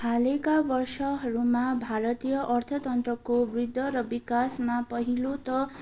हालैका वर्षहरूमा भारतीय अर्थतन्त्रको वृद्ध र विकासमा पहिलो त